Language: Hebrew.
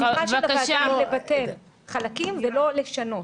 ההסמכה של הוועדה היא לבטל חלקים ולא לשנות.